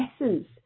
essence